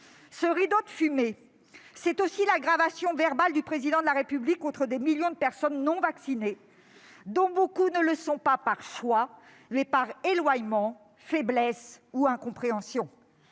Ce rideau de fumée, c'est aussi l'agression verbale du Président de la République contre des millions de personnes qui ne sont pas vaccinées, souvent non pas par choix, mais par éloignement, faiblesse ou incompréhension.